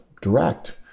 direct